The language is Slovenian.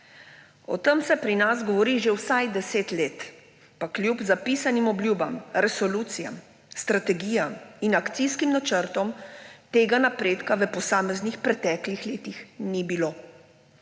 O tem se pri nas govori že vsaj 10 let, pa kljub zapisanim obljubam, resolucijam, strategijam in akcijskim načrtom tega napredka v posameznih preteklih letih ni bilo.